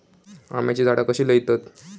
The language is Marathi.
आम्याची झाडा कशी लयतत?